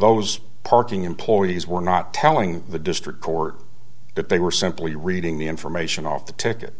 those parking employees were not telling the district court that they were simply reading the information off the ticket